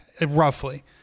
roughly